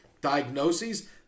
diagnoses